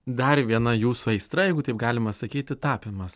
dar viena jūsų aistra jeigu taip galima sakyti tapymas